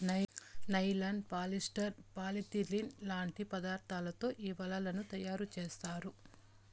nylon, polyester, polyethylene లాంటి పదార్థాలతో ఈ వలలను తయారుచేత్తారు